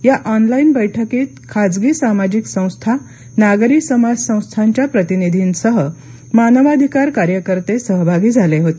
या ऑनलाइन बैठकीत खाजगी सामाजिक संस्था नागरी समाज संस्थांच्या प्रतिनिधींसह मानवाधिकार कार्यकर्ते सहभागी झाले होते